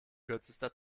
kürzester